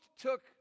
took